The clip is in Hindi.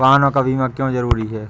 वाहनों का बीमा क्यो जरूरी है?